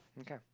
Okay